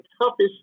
toughest